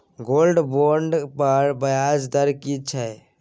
Gold bond पर ब्याज दर की छै?